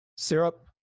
Syrup